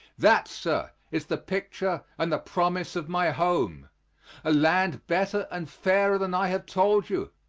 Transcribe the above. that, sir, is the picture and the promise of my home a land better and fairer than i have told you,